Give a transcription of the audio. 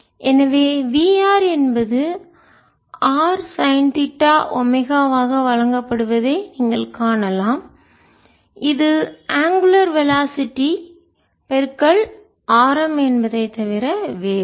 எனவே Vr என்பது R sine theta ஒமேகாவாக வழங்கப்படுவதை நீங்கள் காணலாம் இது அங்குலர் வெலாசிட்டி கோண வேகம் ஆரம் என்பதை தவிர வேறில்லை